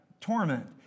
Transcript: torment